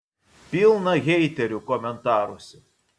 pilna heiterių komentaruose